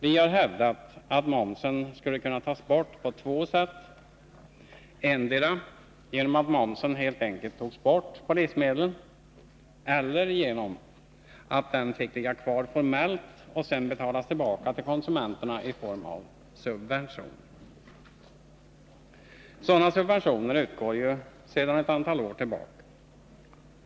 Vi har hävdat att momsen skulle kunna tas bort på två sätt, antingen genom att den faktiskt tas bort beträffande livsmedlen eller genom att den får ligga kvar formellt och sedan betalas tillbaka till konsumenterna i form av subventioner. Sådana subventioner utgår sedan ett antal år tillbaka.